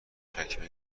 چکمه